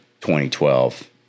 2012